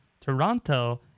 Toronto